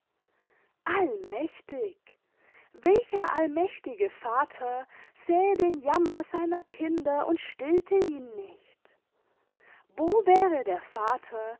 allmächtig i welcher allmächtige vater sähe den jammer seiner kinder und stillte ihn nicht wo wäre der vater